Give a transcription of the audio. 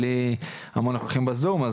בלי המון נוכחים בזום,